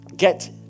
Get